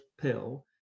pill